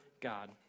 God